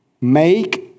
Make